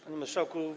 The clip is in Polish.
Panie Marszałku!